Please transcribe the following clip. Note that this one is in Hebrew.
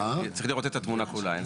צריך לראות את התמונה כולה.